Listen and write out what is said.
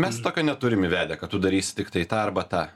mes tokio neturim įvedę kad tu darysi tiktai tą arba tą